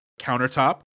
countertop